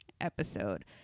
episode